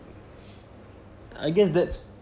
I guess that's